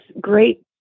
great